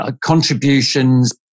contributions